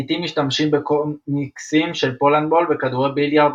לעיתים משתמשים בקומיקסים של פולנדבול בכדורי ביליארד